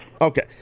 Okay